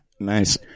Nice